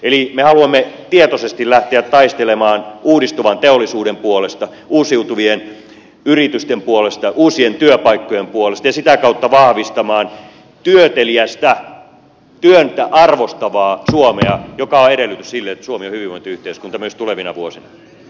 eli me haluamme tietoisesti lähteä taistelemaan uudistuvan teollisuuden puolesta uusiutuvien yritysten puolesta uusien työpaikkojen puolesta ja sitä kautta vahvistamaan työteliästä työtä arvostavaa suomea joka on edellytys sille että suomi on hyvinvointiyhteiskunta myös tulevina vuosina